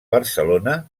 barcelona